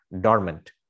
dormant